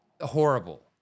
Horrible